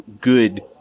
good